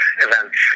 events